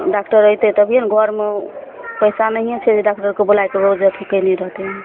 doctor अयतै तभिये ने घरमे पैसा नहियेँ छै जे डाक्टरके बोलाइके रोज अथी कैने रहतै